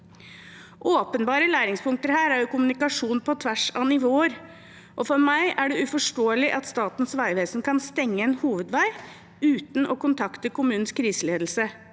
Åpenbare læringspunkter her er kommunikasjon på tvers av nivåer. For meg er det uforståelig at Statens vegvesen kan stenge en hovedvei uten å kontakte kommunens kriseledelse.